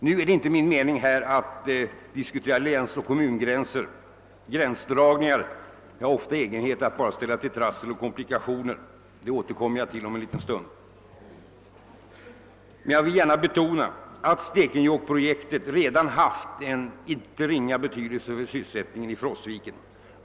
Det är inte min mening att här diskutera länsoch kommungränser. Gränsdragningar har ofta den egenheten att bara ställa till trassel och komplikationer. Det återkommer jag till om en liten stund. Men jag vill gärna betona att Stekenjokkprojektet redan haft en inte ringa betydelse för sysselsättningen i Frostviken.